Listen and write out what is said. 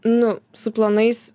nu su planais